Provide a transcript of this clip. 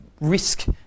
risk